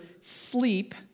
sleep